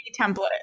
template